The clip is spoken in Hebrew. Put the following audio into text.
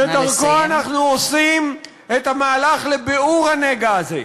שדרכו אנחנו עושים את המהלך לביעור הנגע הזה.